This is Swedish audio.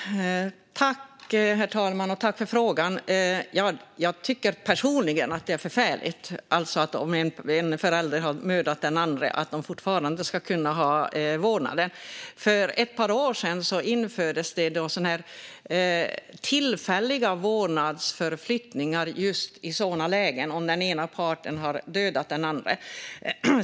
Herr talman! Jag tackar ledamoten för frågan. Jag tycker personligen att det är förfärligt att en förälder som har mördat den andra föräldern fortfarande ska kunna ha vårdnaden. För ett par år sedan infördes det tillfälliga vårdnadsöverflyttningar just i lägen där den ena parten hade dödat den andra.